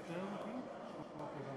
השוויון והאחווה,